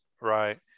right